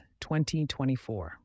2024